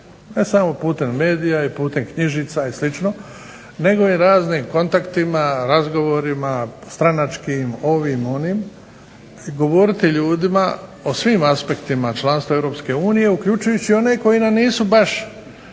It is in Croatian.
ne samo putem medija i putem knjižica i sl., nego i raznim kontaktima, razgovorima, stranačkim, ovim, onim, i govoriti ljudima o svim aspektima članstva Europske unije, uključujući i one koji nam nisu baš